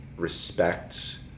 respect